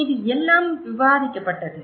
இது எல்லாம் விவாதிக்கப்பட்டது